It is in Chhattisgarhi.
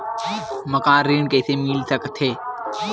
मकान ऋण कइसे मिल सकथे?